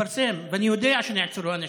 התפרסם, ואני יודע שנעצרו אנשים,